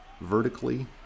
vertically